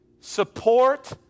support